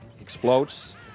explodes